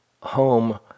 home